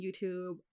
youtube